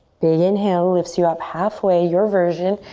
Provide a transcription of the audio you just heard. big inhale lifts you up halfway, your version.